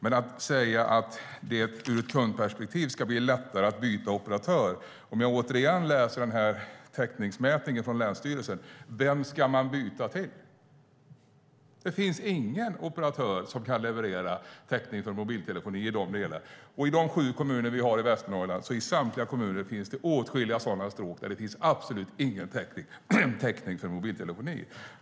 Man kan säga att det ur ett kundperspektiv ska bli lättare att byta operatör. Men om jag återigen läser den här täckningsmätningen från länsstyrelsen undrar jag: Vem ska man byta till? Det finns ingen operatör som kan leverera täckning för mobiltelefoni i de delarna. Och i samtliga av de sju kommuner vi har i Västernorrland finns det åtskilliga stråk där det absolut inte finns någon täckning för mobiltelefoni.